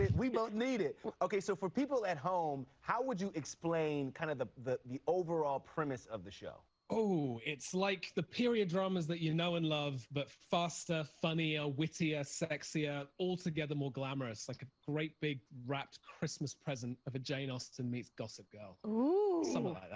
we both need it. okay, so, for people at home, how would you explain kind of the the overall premise of the show? oh, it's like the period dramas that you know and love, but faster, funnier, wittier, sexier, altogether more glamorous, like a great big wrapped christmas present of a jane austen meets gossip girl. ooh! something like that.